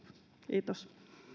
kiitos